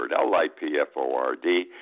L-I-P-F-O-R-D